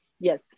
Yes